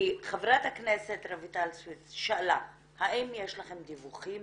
כי חברת הכנסת רויטל סוויד שאלה האם יש לכם דיווחים